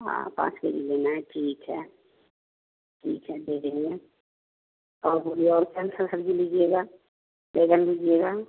हाँ पाँच K G लेना है ठीक है ठीक है दे देंगे और बोलिए और कौन सी सब्ज़ी लीजिएगा बैगन लीजिएगा